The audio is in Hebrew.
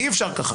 אי-אפשר ככה.